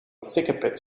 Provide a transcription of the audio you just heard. sikkepit